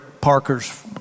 Parker's